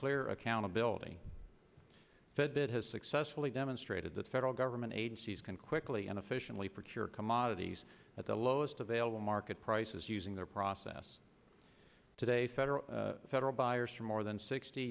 clear accountability that it has successfully demonstrated that federal government agencies can quickly and efficiently procure commodities at the lowest available market prices using their process today federal federal buyers for more than sixty